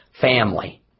family